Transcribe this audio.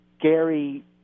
Gary